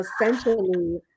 essentially